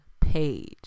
page